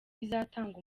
bizatanga